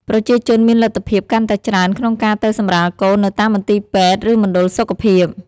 ប្រជាជនមានលទ្ធភាពកាន់តែច្រើនក្នុងការទៅសម្រាលកូននៅតាមមន្ទីរពេទ្យឬមណ្ឌលសុខភាព។